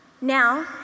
Now